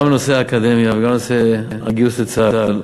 גם בנושא האקדמיה וגם בנושא הגיוס לצה"ל.